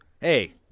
hey